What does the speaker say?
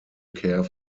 care